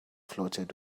floated